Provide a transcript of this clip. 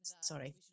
Sorry